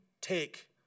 take